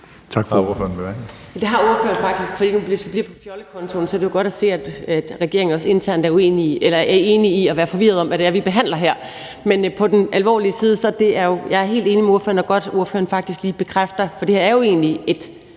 Tak for ordet,